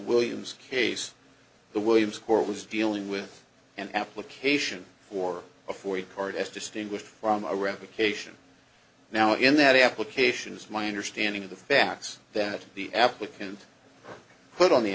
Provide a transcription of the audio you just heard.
williams case the williams court was dealing with an application for a fourth card as distinguished from a revocation now in that application is my understanding of the facts that the applicant put on the